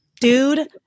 Dude